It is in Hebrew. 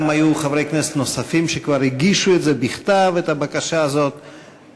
גם היו חברי כנסת נוספים שכבר הגישו בכתב את הבקשה הזאת,